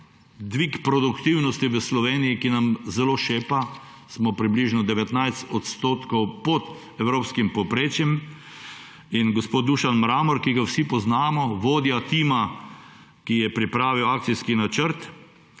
dvig produktivnosti v Sloveniji, ki nam zelo šepa; smo približno 19 % pod evropskim povprečjem. Gospod Dušan Mramor, ki ga vsi poznamo, vodja tima, ki je pripravil akcijski načrt,